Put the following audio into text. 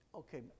okay